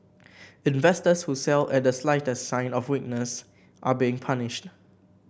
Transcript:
investors who sell at the slightest sign of weakness are being punished